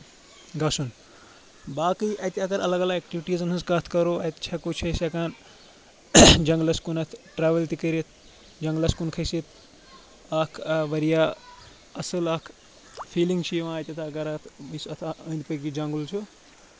گژھُن باقٕے اَتہِ اگر الگ الگ ایکٹِوِٹیٖزَن ہٕنٛز کَتھ کَرو اَتہِ چھِ ہؠکو چھِ أسۍ ہؠکان جنٛگلَس کُنَتھ ٹرٛیؤل تہِ کٔرِتھ جنٛگلَس کُن کھٔسِتھ اَکھ واریاہ اَصٕل اَکھ فیٖلِنٛگ چھِ یِوان اَتؠتھ اگر اَتھ یُس اَتھ أنٛدۍ پٔکی جنٛگل چھُ